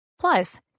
Plus